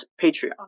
Patreon